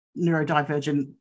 neurodivergent